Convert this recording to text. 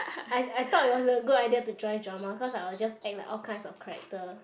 I I thought it was a good idea to join drama cause I will just act like all kinds of character